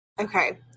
Okay